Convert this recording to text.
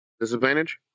Disadvantage